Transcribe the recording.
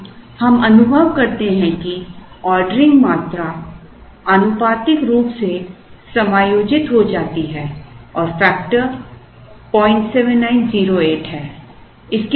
अब हम अनुभव करते हैं कि ऑर्डरिंग मात्रा आनुपातिक रूप से समायोजित हो जाती है और factor 07908 है